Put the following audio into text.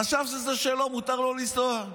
חשב שזה שלו, שמותר לו לנסוע.